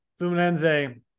Fluminense